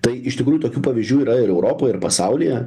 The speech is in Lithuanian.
tai iš tikrųjų tokių pavyzdžių yra ir europoj ir pasaulyje